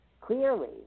clearly